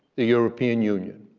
the european union.